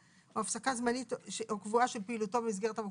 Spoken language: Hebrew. או הפסקה זמנית או קבועה של פעילותו במסגרת המוקד".